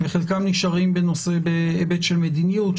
חלקם נשארים בהיבט של מדיניות.